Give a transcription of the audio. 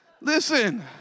Listen